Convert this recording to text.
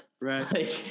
right